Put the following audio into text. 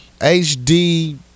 HD